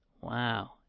Wow